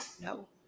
no